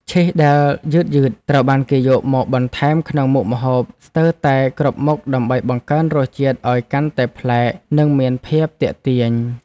ឈីសដែលយឺតៗត្រូវបានគេយកមកបន្ថែមក្នុងមុខម្ហូបស្ទើរតែគ្រប់មុខដើម្បីបង្កើនរសជាតិឱ្យកាន់តែប្លែកនិងមានភាពទាក់ទាញ។